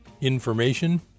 information